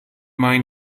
mind